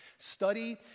Study